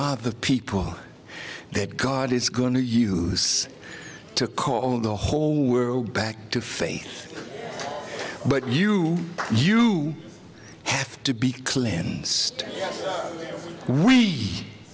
are the people that god is going to use to call the whole world back to faith but you you have to be